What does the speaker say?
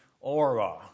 aura